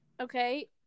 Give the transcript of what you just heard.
Okay